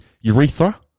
urethra